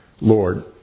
Lord